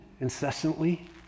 incessantly